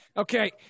Okay